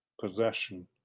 possession